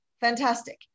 Fantastic